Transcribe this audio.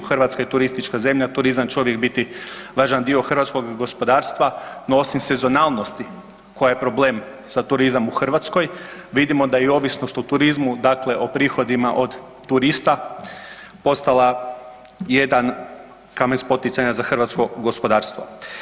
Hrvatska je turistička zemlja, turizam će uvijek biti važan dio hrvatskog gospodarstva no osim sezonalnosti koja je problem za turizam u Hrvatskoj vidimo da i ovisnost o turizmu dakle o prihodima od turista postala jedan kamen spoticanja za hrvatsko gospodarstvo.